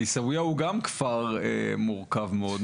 עיסאוויה הוא גם כפר מורכב מאוד,